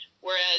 Whereas